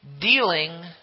dealing